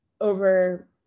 over